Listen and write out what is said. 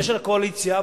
ושל הקואליציה,